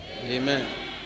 Amen